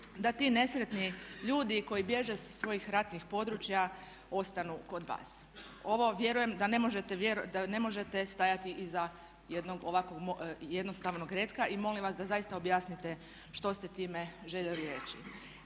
da ti nesretni ljudi koji bježe sa svojih ratnih područja ostanu kod vas. Ovo vjerujem da ne možete stajati iza jednog ovakvog jednostavnog retka i molim vas da zaista objasnite što ste time željeli reći.